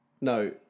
No